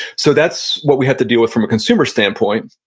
so that's what we have to deal with from a consumer standpoint.